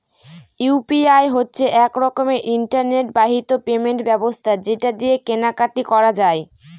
UPI হচ্ছে এক রকমের ইন্টারনেট বাহিত পেমেন্ট ব্যবস্থা যেটা দিয়ে কেনা কাটি করা যায়